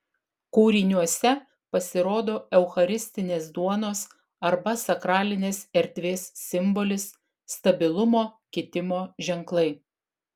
kūriniuose pasirodo eucharistinės duonos arba sakralinės erdvės simbolis stabilumo kitimo ženklai